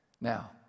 Now